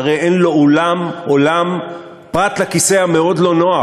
שהרי אין לו עולם פרט לכיסא המאוד-לא-נוח,